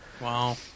Wow